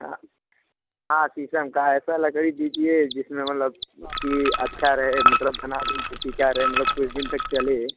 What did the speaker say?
हाँ हाँ शीशम का ऐसा लकड़ी दीजिए जिसमें मतलब कि अच्छा रहे मतलब बना दूँ तो टिका रहे मतलब कुछ दिन तक चले